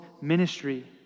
ministry